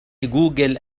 جوجل